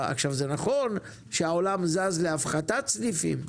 נכון שהעולם זז להפחתת סניפים,